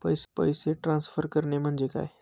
पैसे ट्रान्सफर करणे म्हणजे काय?